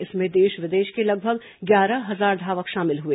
इसमें देश विदेश के लगभग ग्यारह हजार धावक शामिल हुए